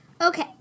Okay